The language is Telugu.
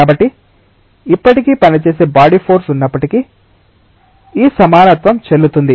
కాబట్టి ఇప్పటికీ పనిచేసే బాడీ ఫోర్స్ ఉన్నప్పటికీ ఈ సమానత్వం చెల్లుతుంది